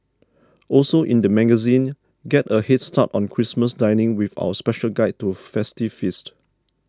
also in the magazine get a head start on Christmas dining with our special guide to festive feasts